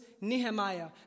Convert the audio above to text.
Nehemiah